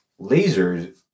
lasers